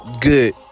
good